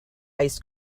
ice